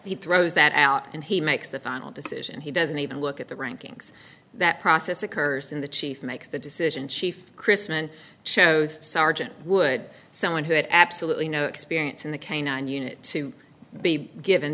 he throws that out and he makes the final decision he doesn't even look at the rankings that process occurs in the chief makes the decision chief chrisman chose sergeant would someone who had absolutely no experience in the canine unit to be given